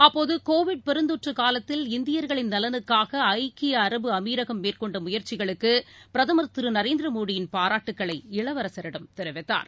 அப்போது கோவிட் பெருந்தொற்று காலத்தில் இந்தியர்களின் நலனுக்காக ஐக்கிய அரபு அமிரகம் மேற்கொண்ட முயற்சிகளுக்கு பிரதமர் திரு நரேந்திர மோடியின் பாராட்டுகளை இளவரசரிடம் தெரிவிக்கார்